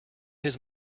his